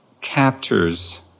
captures